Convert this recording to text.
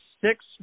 six